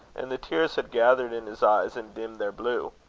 and the tears had gathered in his eyes and dimmed their blue.